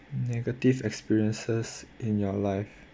negative experiences in your life